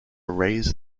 raise